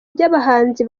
by’abahanzi